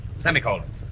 Semicolon